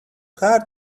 hard